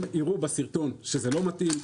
הם הראו בסרטון שזה לא מתאים.